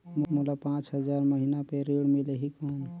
मोला पांच हजार महीना पे ऋण मिलही कौन?